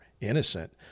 innocent